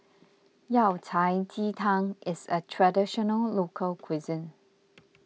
Yao Cai Ji Tang is a Traditional Local Cuisine